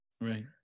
Right